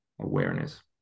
awareness